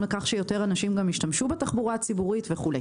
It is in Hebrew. לכך שיותר אנשים ישתמשו בתחבורה הציבורית וכו'.